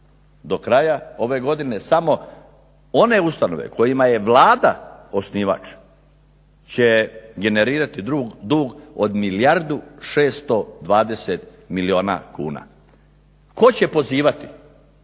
do kraja ove godine samo one ustanove kojima je Vlada osnivač će generirati dug od milijardu 620 milijuna kuna. Tko će pozivati